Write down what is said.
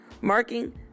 marking